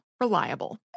reliable